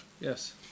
Yes